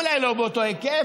אולי לא באותו היקף,